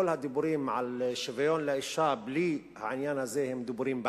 כל הדיבורים על שוויון לאשה בלי העניין הזה הם דיבורים בעלמא.